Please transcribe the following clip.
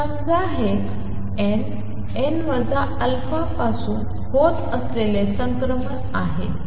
आहे समजा हे n n α पासून होत असलेले संक्रमण आहे